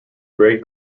great